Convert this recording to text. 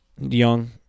Young